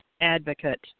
advocate